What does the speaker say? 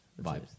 Vibes